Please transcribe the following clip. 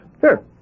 Sure